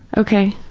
okay.